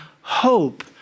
hope